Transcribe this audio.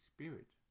Spirit